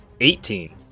Eighteen